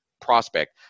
prospect